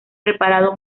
preparado